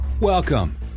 Welcome